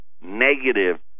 negative